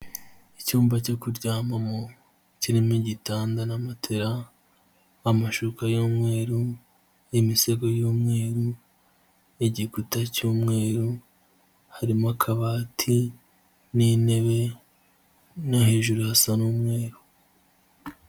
Icyumba cyo kuryamamo kirimo igitanda na matera, amashuka y'umweru, imisego y'umweru, igikuta cy'umweru, harimo akabati n'intebe no hejuru hasa n'umweru.